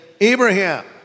Abraham